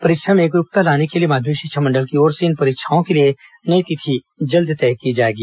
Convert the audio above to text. परीक्षा में एकरूपता लाने के लिए माध्यमिक शिक्षा मंडल की ओर से इन परीक्षाओं के लिए नई तिथि तय की जाएगी